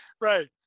Right